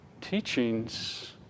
teachings